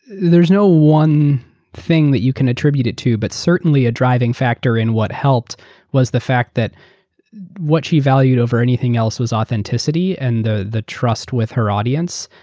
there's no one thing that you can attribute it to, but certainly a driving factor in what helped was the fact that what she valued over anything else was authenticity and the the trust with her audience.